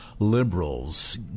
liberals